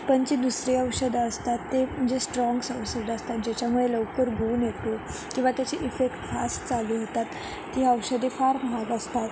पण जे दुसरे औषधं असतात ते म्हणजे स्ट्राँगस असतात ज्याच्यामुळे लवकर गुण येतो किंवा त्याची इफेक्ट फास्ट चालू होतात ती औषधे फार महाग असतात